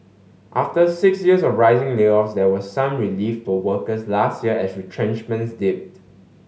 after six years of rising layoffs there was some relief for workers last year as retrenchments dipped